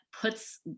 puts